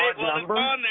number